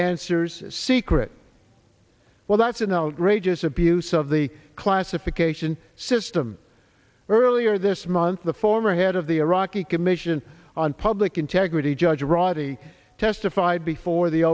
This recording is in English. answers secret well that's an outrageous abuse of the classification system earlier this month the former head of the iraqi commission on public integrity judge radhi testified before the